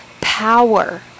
power